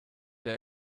der